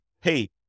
hey